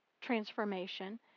transformation